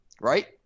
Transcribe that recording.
right